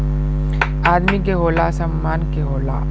आदमी के होला, सामान के होला